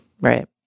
Right